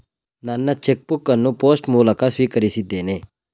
ನನ್ನ cheque book ಅನ್ನು post ಮೂಲಕ ಸ್ವೀಕರಿಸಿದ್ದೇನೆ